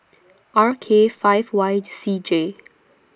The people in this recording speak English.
R K five Y C J